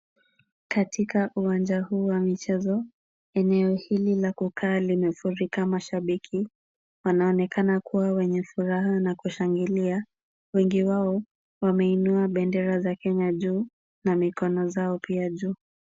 Katika uwanja huu wa michezo, eneo hili la kukaa limefurika mashabiki, wanaonekana kuwa wenye furaha na kushangilia. Wengi wao wameinua bendera za Kenya juu na mikono zao pia juu.